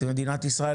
הסולארית,